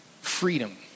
Freedom